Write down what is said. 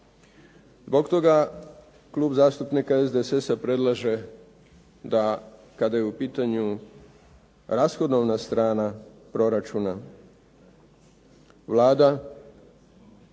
Zbog toga Klub zastupnika SDSS-a predlaže da kada je u pitanju rashodovna strana proračuna Vlada